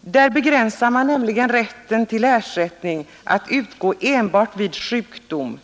Där begränsar man nämligen rätten till ersättning att utgå enbart vid sjukdom.